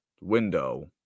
window